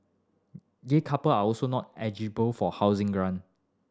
gay couple are also not eligible for housing grant